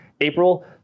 April